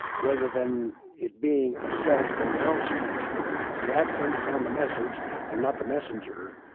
rather than it being a self-announcement, the accent is on the message and not the messenger.